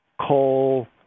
coal